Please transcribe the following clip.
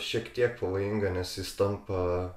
šiek tiek pavojinga nes jis tampa